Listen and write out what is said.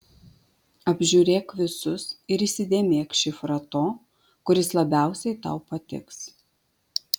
apžiūrėk visus ir įsidėmėk šifrą to kuris labiausiai tau patiks